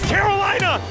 Carolina